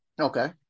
Okay